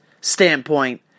standpoint